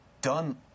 done